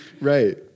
Right